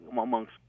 amongst